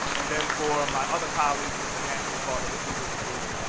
and then for my other colleagues with the national fatherhood leaders group,